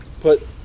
put